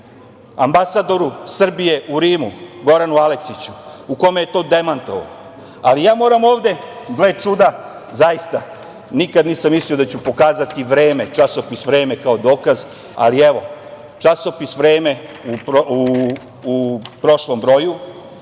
ambasadoru Srbije u Rimu, Goranu Aleksiću, u kome je to demantovao. Moram ovde, gle čuda zaista, nikada nisam mislio da ću pokazati Časopis „Vreme“ kao dokaz, ali evo, Časopis „Vreme“ u prošlom broju